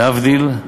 להבדיל,